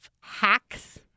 hacks